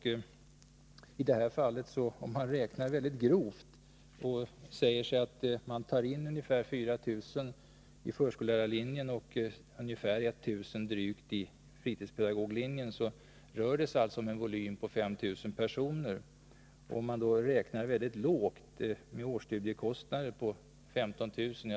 Vi kan räkna mycket grovt på det här fallet och säga att det tas in ca 4 000 på förskolarlärarlinjen och drygt 1 000 på fritidspedagoglinjen. Då rör det sig alltså om en volym på ca 5 000 personer. Om man då räknar med en årsstudiekostnad på 15 000 kr.